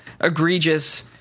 egregious